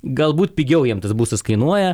galbūt pigiau jiem tas būstas kainuoja